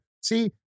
See